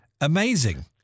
amazing